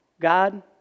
God